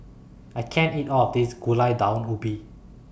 I can't eat All of This Gulai Daun Ubi